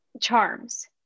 charms